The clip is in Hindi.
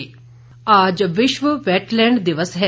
वैटलैंड दिवस आज विश्व वैटलैंड दिवस है